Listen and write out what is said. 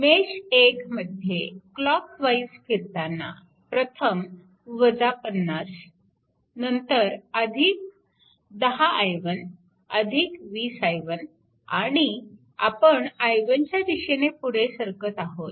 mesh 1मध्ये clockwise फिरताना प्रथम 50 नंतर 10 i1 20 i1आणि आपण i1 च्या दिशेने पुढे सरकत आहोत